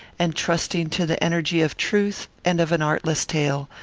and trusting to the energy of truth and of an artless tale,